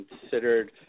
considered